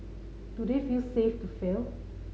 do they feel safe to fail